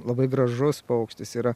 labai gražus paukštis yra